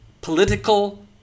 political